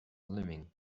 living